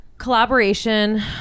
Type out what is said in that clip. collaboration